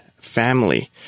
family